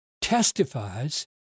testifies